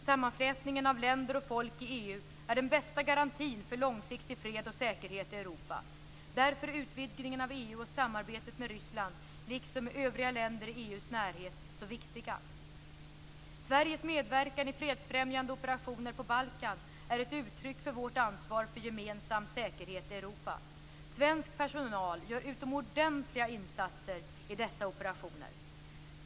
Sammanflätningen av länder och folk i EU är den bästa garantin för långsiktig fred och säkerhet i Europa. Därför är utvidgningen av EU och samarbetet med Ryssland, liksom med övriga länder i EU:s närhet, så viktiga. Sveriges medverkan i fredsfrämjande operationer på Balkan är ett uttryck för vårt ansvar för gemensam säkerhet i Europa. Svensk personal gör utomordentliga insatser i dessa operationer.